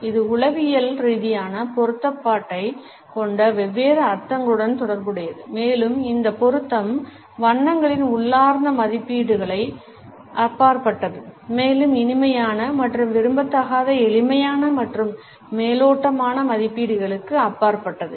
இது உளவியல் ரீதியான பொருத்தப்பாட்டைக் கொண்ட வெவ்வேறு அர்த்தங்களுடன் தொடர்புடையது மேலும் இந்த பொருத்தம் வண்ணங்களின் உள்ளார்ந்த மதிப்புகளுக்கு அப்பாற்பட்டது மேலும் இனிமையான மற்றும் விரும்பத்தகாத எளிமையான மற்றும் மேலோட்டமான மதிப்பீடுகளுக்கு அப்பாற்பட்டது